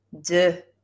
De